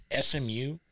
SMU